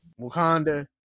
Wakanda